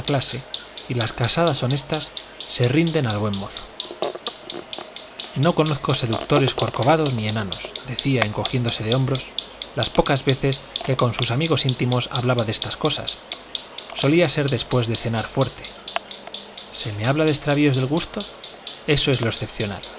y las casadas honestas se rinden al buen mozo no conozco seductores corcovados ni enanos decía encogiéndose de hombros las pocas veces que con sus amigos íntimos hablaba de estas cosas solía ser después de cenar fuerte se me habla de extravíos del gusto eso es lo